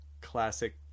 classic